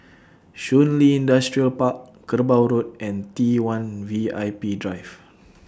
Shun Li Industrial Park Kerbau Road and T one V I P Drive